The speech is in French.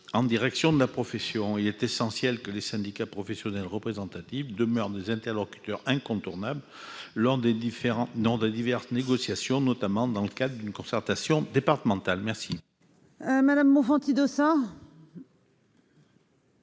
en direction de la profession. Il est essentiel que les syndicats professionnels représentatifs demeurent des interlocuteurs incontournables lors des diverses négociations, notamment dans le cadre d'une concertation départementale. La parole est à